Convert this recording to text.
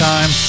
Time